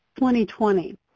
2020